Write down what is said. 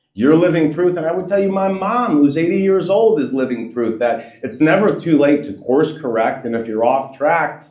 you're living proof that i would you my mom was eighty years old is living proof that it's never too late to course correct and if you're off-track,